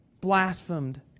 blasphemed